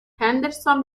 henderson